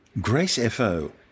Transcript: GRACE-FO